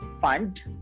fund